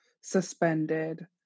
suspended